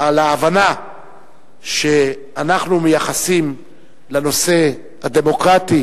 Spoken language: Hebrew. על ההבנה שאנחנו מייחסים לנושא הדמוקרטי,